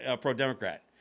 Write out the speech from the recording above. pro-Democrat